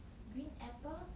green apple